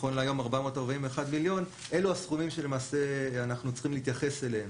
נכון להיום 441 מיליון אלו הסכומים שאנחנו צריכים להתייחס אליהם,